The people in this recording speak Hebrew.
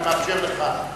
אני מאפשר לך,